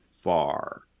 far